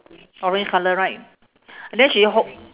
orange colour right and then she hol~